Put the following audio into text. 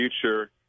future